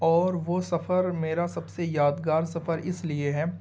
اور وہ سفر میرا سب سے یادگار سفر اس لیے ہے